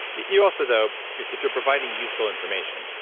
you also though, if you're providing useful information.